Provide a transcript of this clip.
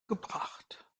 gebracht